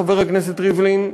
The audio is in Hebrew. חבר הכנסת ריבלין,